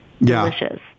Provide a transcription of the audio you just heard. Delicious